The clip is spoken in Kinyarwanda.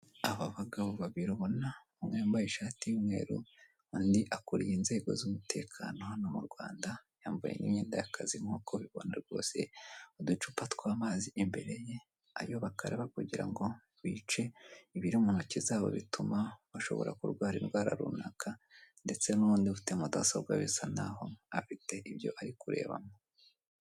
Aba bagabo babiri ubona, umwe yambaye ishati y'umweru, undi akuriye inzego z'umutekano hano mu Rwanda, yambaye n'imyenda y'akazi nk'uko ubibona rwose, uducupa tw'amazi imbere ye, ayo bakaraba kugira ngo bice ibiri mu ntoki zabo bituma bashobora kurwara indwara runaka ndetse n'uwundi ufite mudasobwa bisa naho afite ibyo ari kurebamo.